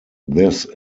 this